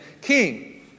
king